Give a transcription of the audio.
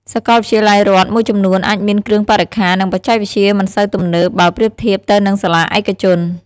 សាកលវិទ្យាល័យរដ្ឋមួយចំនួនអាចមានគ្រឿងបរិក្ខារ និងបច្ចេកវិទ្យាមិនសូវទំនើបបើប្រៀបធៀបទៅនឹងសាលាឯកជន។